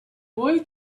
boy